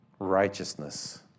Righteousness